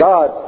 God